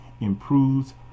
improves